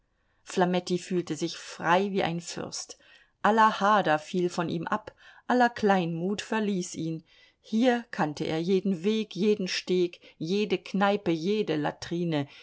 flametti fühlte sich frei wie ein fürst aller hader fiel von ihm ab aller kleinmut verließ ihn hier kannte er jeden weg jeden steg jede kneipe jede latrine